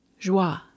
Joie